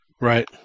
Right